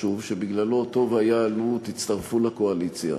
וחשוב שבגללו טוב היה שתצטרפו לקואליציה,